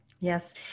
Yes